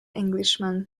englishman